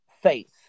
faith